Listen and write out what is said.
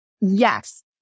yes